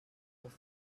were